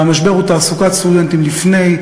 והמשבר הוא תעסוקת סטודנטים לפני,